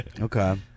Okay